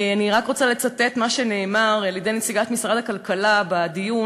אני רק רוצה לצטט מה שנאמר על-ידי נציגת משרד הכלכלה בדיון,